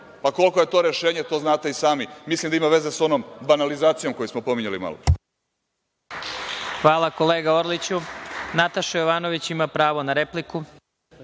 pa koliko je to rešenje to znate i sami. Mislim da ima veze sa onom banalizacijom koju smo pominjali malopre. **Vladimir Marinković** Hvala kolega Orliću. Nataša Jovanović ima pravo na repliku.